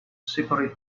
separate